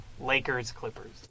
Lakers-Clippers